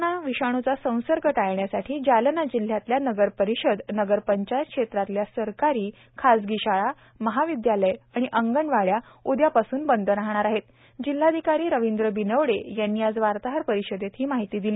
कोरोनाचा विषाणूचा संसर्ग टाळण्यासाठी जालना जिल्ह्यातल्या नगरपरिषद नागपंचायत क्षेत्रातल्या सरकारी खासगी शाळा महाविद्यालय आणि अंगणवाड्या उद्यापासून बंद राहणार आहेत जिल्हाधिकारी रवींद्र बिनवडे यांनी आज वार्ताहर परिषदेत ही माहिती दिली